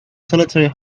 solitary